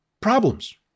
problems